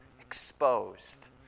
exposed